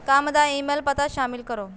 ਕੰਮ ਦਾ ਈਮੇਲ ਪਤਾ ਸ਼ਾਮਿਲ ਕਰੋ